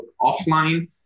offline